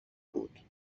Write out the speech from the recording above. بود